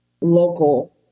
local